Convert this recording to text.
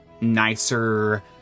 nicer